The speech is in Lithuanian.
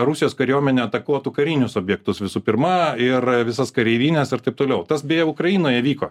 rusijos kariuomenė atakuotų karinius objektus visu pirma ir visas kareivines ir taip toliau tas beje ukrainoje vyko